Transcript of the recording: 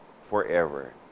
forever